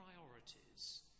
priorities